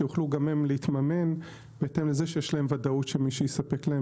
שיוכלו גם הם להתממן בהתאם לזה שיש להם וודאות שמי שיספק להם,